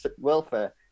welfare